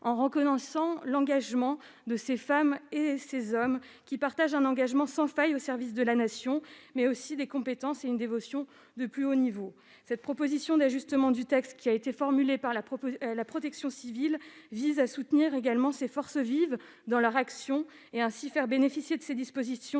en reconnaissant l'engagement de ces femmes et de ces hommes qui partagent un engagement sans faille au service de la Nation, mais aussi des compétences et un dévouement du plus haut niveau. Cette proposition d'ajustement du texte, formulée par la Fédération nationale de protection civile vise à soutenir également ces forces vives dans leurs actions, et à ainsi faire bénéficier de ces dispositions